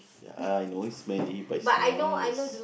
ya I know it's smelly but it's nice